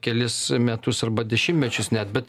kelis metus arba dešimtmečius net bet